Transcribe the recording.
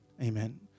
Amen